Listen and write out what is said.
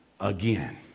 again